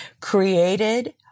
created